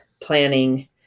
planning